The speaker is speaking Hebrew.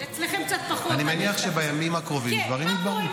אני מניח שבימים הקרובים דברים יתבהרו.